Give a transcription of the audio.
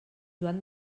joan